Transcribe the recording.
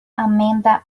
amanda